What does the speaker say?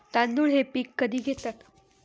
तांदूळ हे पीक कधी घेतात?